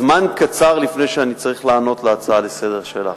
זמן קצר לפני שאני צריך לענות על הצעה לסדר-היום שלך.